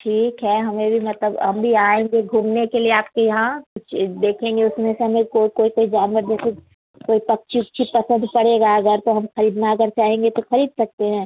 ठीक है हमें भी मतलब हम भी आएँगे घूमने के लिए आपके यहाँ कुछ देखेंगे उसमें से हमें कोई कोई जानवर जैसे कोई पक्क्षी ओक्छी पसंद पड़ेगा अगर तो हम खरीदना अगर चाहेंगे तो खरीद सकते हैं